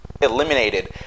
eliminated